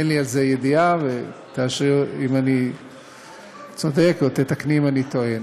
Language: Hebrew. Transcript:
ואין לי על זה ידיעה ותאשרי אם אני צודק או תתקני אם אני טועה,